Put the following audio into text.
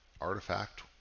Artifact